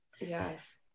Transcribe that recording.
Yes